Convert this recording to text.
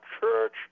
church